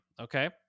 okay